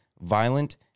violent